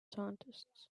scientists